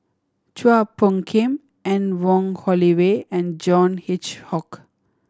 Chua Phung Kim Anne Wong Holloway and John Hitchcock